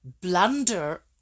blunder